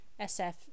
SF